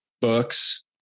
books